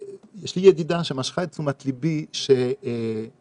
יש לי ידידה שמשכה את תשומת ליבי שדמעה